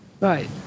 right